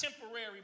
temporary